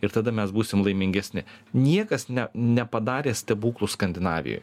ir tada mes būsim laimingesni niekas ne nepadarė stebuklų skandinavijoj